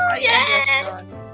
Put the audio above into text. Yes